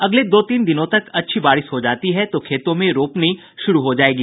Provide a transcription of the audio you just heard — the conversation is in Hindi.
अगले दो तीन दिनों तक अच्छी बारिश हो जाती है तो खेतों में रोपनी शुरू हो जायेगी